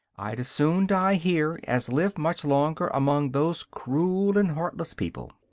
i'd as soon die here as live much longer among those cruel and heartless people.